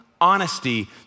honesty